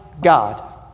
God